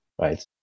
right